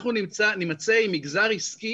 אנחנו נימצא עם מגזר עסקי